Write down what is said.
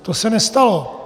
To se nestalo.